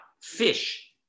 fish